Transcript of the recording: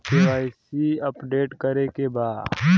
KYC update करे के बा?